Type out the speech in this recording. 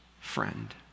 friend